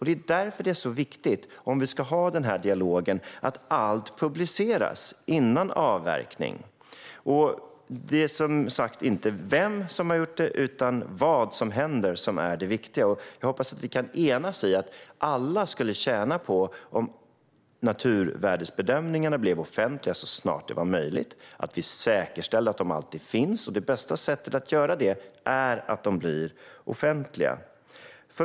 Det är därför det är så viktigt, om vi ska ha den här dialogen, att allt publiceras före avverkning. Det är som sagt inte vem som har gjort det utan vad som händer som är det viktiga, och jag hoppas att vi kan enas om att alla skulle tjäna på att naturvärdesbedömningarna blev offentliga så snart det är möjligt och att vi säkerställer att de alltid finns. Det bästa sättet att göra det är att se till att de blir offentliga.